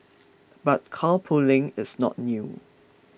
but carpooling is not new